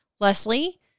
Leslie